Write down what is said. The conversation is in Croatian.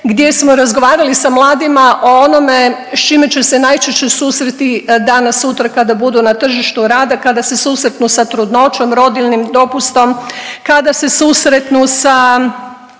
gdje smo razgovarali sa mladima o onome s čime će se najčešće susresti danas, sutra kada budu na tržištu rada, kada se susretnu sa trudnoćom, rodiljnim dopustom, kada se susretnu sa